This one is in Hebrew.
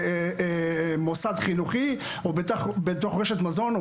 במוסד חינוכי או ברשת מזון,